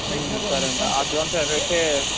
సరే అండి అడ్వాన్స్